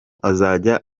azajya